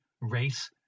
race